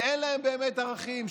שאין להם באמת ערכים,